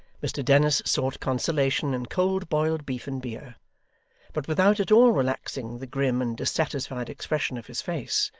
mr dennis sought consolation in cold boiled beef and beer but without at all relaxing the grim and dissatisfied expression of his face,